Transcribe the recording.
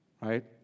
right